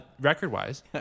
Record-wise